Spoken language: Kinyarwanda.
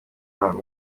bahabwa